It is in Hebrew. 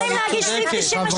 הם יכולים להגיש סעיף 98,